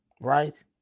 Right